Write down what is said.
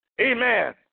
Amen